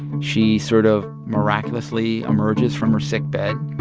she sort of miraculously emerges from her sickbed.